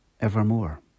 evermore